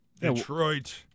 Detroit